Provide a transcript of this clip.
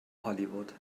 hollywood